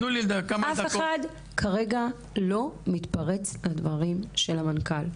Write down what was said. אף אחד כרגע לא מתפרץ לדברים של המנכ"ל.